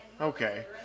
okay